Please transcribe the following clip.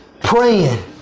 Praying